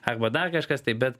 arba dar kažkas taip bet